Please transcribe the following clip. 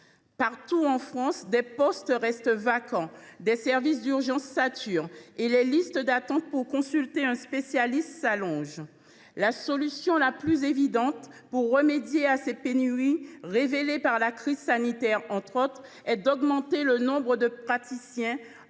Partout en France, des postes restent vacants, les services d’urgence saturent et les listes d’attente pour consulter un spécialiste s’allongent. La solution la plus évidente pour remédier à ces pénuries, révélées notamment par la crise sanitaire, est d’augmenter le nombre de praticiens